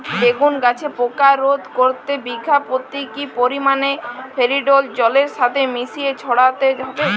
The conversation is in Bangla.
বেগুন গাছে পোকা রোধ করতে বিঘা পতি কি পরিমাণে ফেরিডোল জলের সাথে মিশিয়ে ছড়াতে হবে?